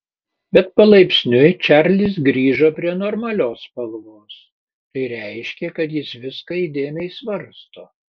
bet palaipsniui čarlis grįžo prie normalios spalvos tai reiškė kad jis viską įdėmiai svarsto